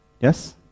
Yes